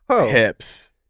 hips